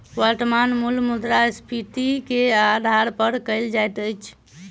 वर्त्तमान मूल्य मुद्रास्फीति के आधार पर कयल जाइत अछि